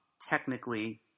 Technically